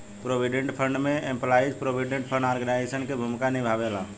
provident fund में employees provident fund organisation के भूमिका निभावेला